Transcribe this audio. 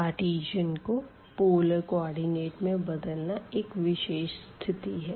Cartesian को polar coordinate में बदलना एक विशेष स्थिति है